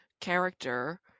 character